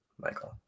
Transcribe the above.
Michael